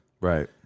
Right